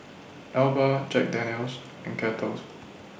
Alba Jack Daniel's and Kettles